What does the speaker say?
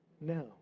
No